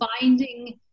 finding